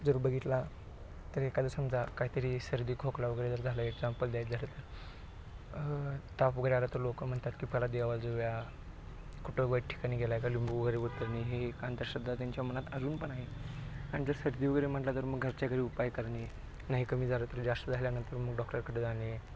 जर बघितला तरी एखादं समजा काहीतरी सर्दी खोकला वगैरे जर झालं एक्झाम्पल द्यायचं झालं तर ताप वगैरे आला तर लोकं म्हणतात की पहिल देवाला जाऊया कुठं वाईट ठिकाणी गेला आहे का लिंबू वगैरे उतरणे हे एक अंधश्रद्धा त्यांच्या मनात अजून पण आहे आणि जर सर्दी वगैरे म्हटलं तर मग घरच्या घरी उपाय करणे नाही कमी झालं तर जास्त झाल्यानंतर मग डॉक्टरकडे जाणे